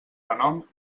renom